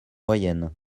moyenne